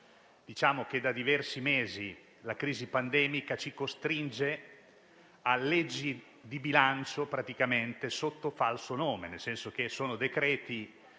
e complesso. Da diversi mesi la crisi pandemica ci costringe a leggi di bilancio praticamente sotto falso nome, nel senso che sono decreti